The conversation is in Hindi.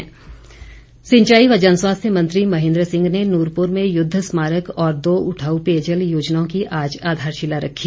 महेन्द्र सिंह सिंचाई व जनस्वास्थ्य मंत्री महेन्द्र सिंह ने नूरपुर में युद्ध स्मारक और दो उठाऊ पेयजल योजना की आज आधारशिला रखी